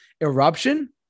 eruption